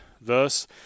Thus